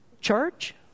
Church